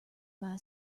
buy